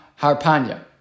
Harpanya